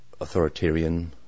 authoritarian